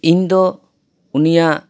ᱤᱧ ᱫᱚ ᱩᱱᱤᱭᱟᱜ